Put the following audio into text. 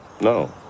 no